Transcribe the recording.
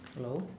hello